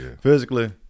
Physically